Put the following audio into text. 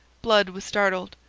blood was startled.